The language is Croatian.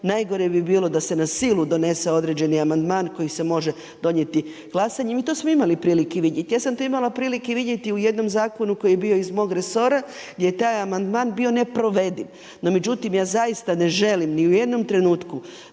najgore bi bilo da se na silu donese određeni amandman koji se može donijeti glasanjem. I to smo imali prilike vidjeti, ja sam to imala prilike vidjeti u jednom zakonu koji je bio iz mog resora, gdje je taj amandman bi neprovediv, no međutim ja zaista ne želim ni u jednom trenutku,